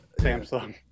Samsung